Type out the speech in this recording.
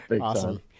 Awesome